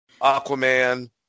Aquaman